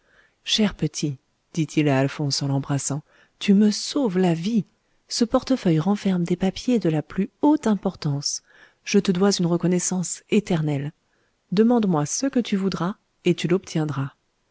cher petit dit-il à alphonse en l'embrassant tu me sauves la vie ce portefeuille renferme des papiers de la plus haute importance je le dois une reconnaissance éternelle demande-moi ce que tu voudras et tu l'obtiendras